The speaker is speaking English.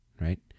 right